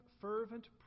fervent